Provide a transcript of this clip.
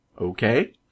okay